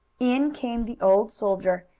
in came the old soldier,